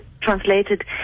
translated